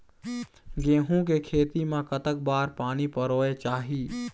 गेहूं के खेती मा कतक बार पानी परोए चाही?